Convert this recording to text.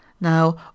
Now